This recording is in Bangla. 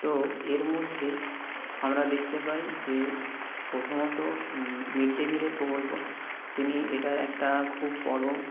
তো এর মধ্যে আমরা দেখতে পাই যে প্রথমত মিড ডে মিলের প্রকল্প তিনি এটার একটা খুব বড়